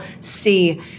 see